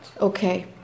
Okay